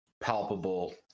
palpable